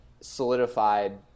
solidified